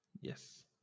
Yes